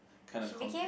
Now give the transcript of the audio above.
kinda context